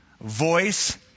voice